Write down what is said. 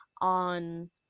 on